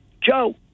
Joe